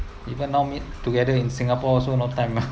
even now meet together in singapore also no time ah